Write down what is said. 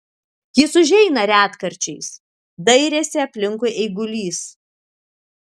jis užeina retkarčiais dairėsi aplinkui eigulys